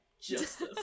Justice